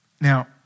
Now